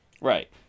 Right